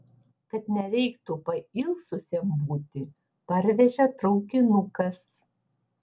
kad nereiktų pailsusiem būti parvežė traukinukas